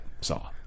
saw